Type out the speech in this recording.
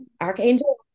Archangel